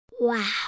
Wow